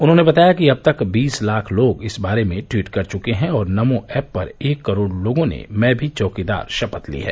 उन्होंने बताया कि अब तक बीस लाख लोग इस बारे में ट्वीट कर चुके हैं और नमो एप पर एक करोड़ लोगों ने मैं भी चौकीदार शपथ ली है